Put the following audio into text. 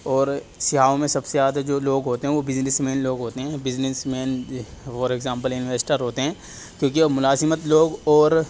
اور سیاحوں میں سب سے زیادہ جو لوگ ہوتے ہیں وہ بزنس مین لوگ ہوتے ہیں businessman for example investor ہوتے ہیں کیوںکہ اب ملازمت لوگ اور